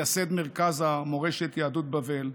מייסד מרכז מורשת יהדות בבל,